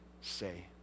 say